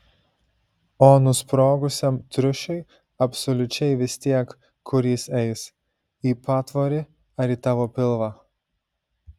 o nusprogusiam triušiui absoliučiai vis tiek kur jis eis į patvorį ar į tavo pilvą